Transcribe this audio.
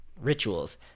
rituals